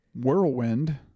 Whirlwind